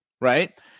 right